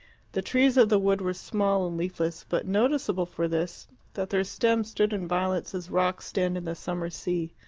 the trees of the wood were small and leafless, but noticeable for this that their stems stood in violets as rocks stand in the summer sea.